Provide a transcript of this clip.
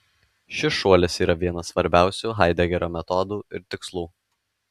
šis šuolis yra vienas svarbiausių haidegerio metodų ir tikslų